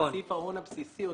סעיף ההון הבסיסי.